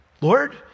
Lord